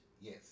Yes